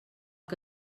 que